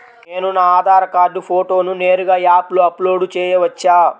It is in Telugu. నేను నా ఆధార్ కార్డ్ ఫోటోను నేరుగా యాప్లో అప్లోడ్ చేయవచ్చా?